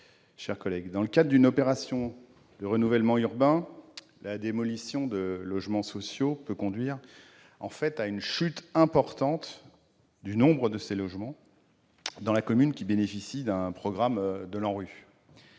l'article. Dans le cadre d'une opération de renouvellement urbain, la démolition de logements sociaux peut conduire à une chute importante du nombre de ces logements dans la commune qui bénéficie du programme de l'ANRU.